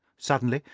suddenly,